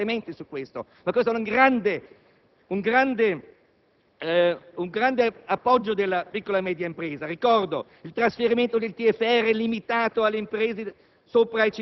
ha introdotto importanti misure a favore delle piccole e medie imprese. Ricordo la riduzione dell'IRAP, che abbasserà i costi del lavoro.